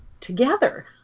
together